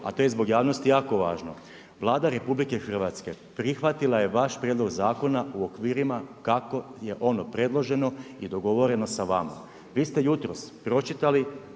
a to je zbog javnosti jako važno Vlada RH prihvatila je vaš prijedlog zakona u okvirima kako je ono predloženo i dogovoreno sa vama. Vi ste jutros pročitali